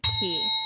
key